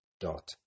dot